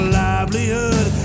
livelihood